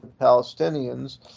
palestinians